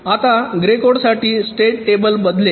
आता ग्रे कोडसाठी state table बदलेल